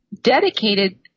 dedicated